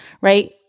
right